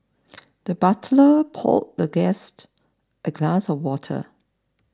the butler poured the guest a glass of water